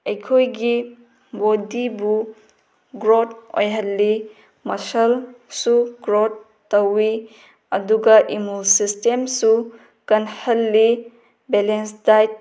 ꯑꯩꯈꯣꯏꯒꯤ ꯕꯣꯗꯤꯕꯨ ꯒ꯭ꯔꯣꯠ ꯑꯣꯏꯍꯜꯂꯤ ꯃꯁꯜꯁꯨ ꯒ꯭ꯔꯣꯠ ꯇꯧꯏ ꯑꯗꯨꯒ ꯏꯃꯨ ꯁꯤꯁꯇꯦꯝꯁꯨ ꯀꯜꯍꯜꯂꯤ ꯕꯦꯂꯦꯟꯁ ꯗꯥꯏꯠ